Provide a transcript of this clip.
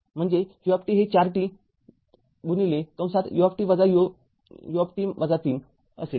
म्हणून v हे ४t u ut ३असेल